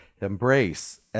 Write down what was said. embrace